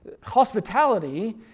hospitality